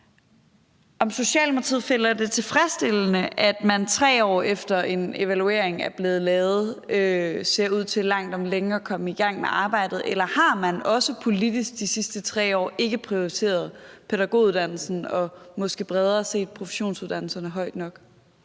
om Socialdemokratiet finder det tilfredsstillende, at man, 3 år efter en evaluering er blevet lavet, langt om længe ser ud til at komme i gang med arbejdet; eller har man ikke politisk de sidste 3 år prioriteret pædagoguddannelsen og måske bredere set professionsuddannelserne højt nok?